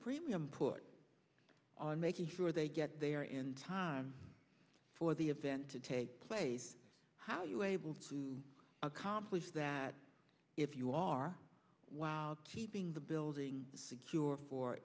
premium put on making sure they get there in time for the event to take place how are you able to accomplish that if you are while keeping the building secure for